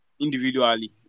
individually